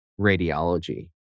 radiology